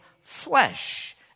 flesh